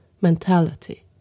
mentality